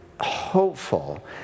hopeful